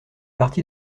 parti